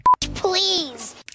Please